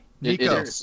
Nico